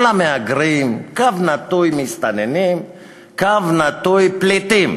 כל המהגרים / מסתננים / פליטים,